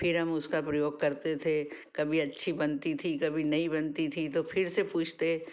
फिर हम उसका प्रयोग करते थे कभी अच्छी बनती थी कभी नहीं बनती थी तो फिर से पूछते